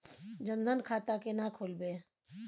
जनधन खाता केना खोलेबे?